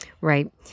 Right